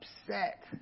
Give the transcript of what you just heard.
upset